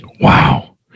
wow